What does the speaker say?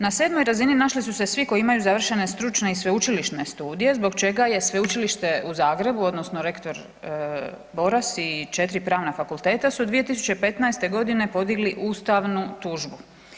Na 7. razini našli su se svi koji imaju završene stručne i sveučilišne studije, zbog čega je Sveučilište u Zagrebu, odnosno rektor Boras i 4 pravna fakulteta su 2015. g. podigli ustavnu tužbu.